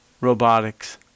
robotics